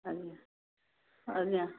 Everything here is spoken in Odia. ଆଜ୍ଞା ଆଜ୍ଞା